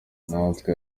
natwe